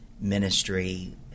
ministry